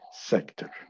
sector